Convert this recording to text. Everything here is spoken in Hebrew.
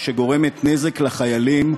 שגורמת נזק לחיילים,